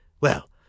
Well